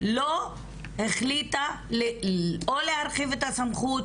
לא החליטה או להרחיב את הסמכות,